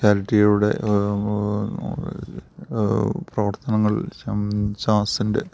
ചാരിറ്റിയുടെ പ്രവർത്തനങ്ങൾ ശംഷാസിന്റെ